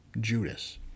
Judas